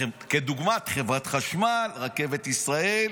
כדוגמת חברת חשמל, רכבת ישראל.